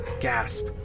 Gasp